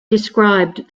described